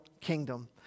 kingdom